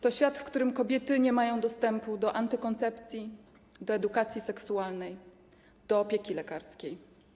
To świat, w którym kobiety nie mają dostępu do antykoncepcji, do edukacji seksualnej, do opieki lekarskiej.